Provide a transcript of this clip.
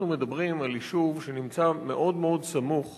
אנחנו מדברים על יישוב מאוד מאוד סמוך